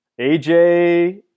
AJ